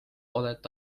oled